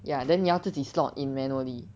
ya then 你要自己 slot in manually